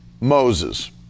Moses